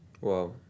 Wow